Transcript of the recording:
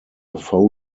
phone